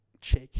check